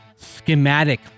schematic